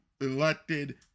elected